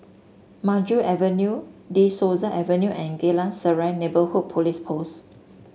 Maju Avenue De Souza Avenue and Geylang Serai Neighbourhood Police Post